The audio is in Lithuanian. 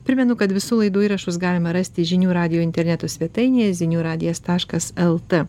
primenu kad visų laidų įrašus galima rasti žinių radijo interneto svetainėje zinių radijas taškas el t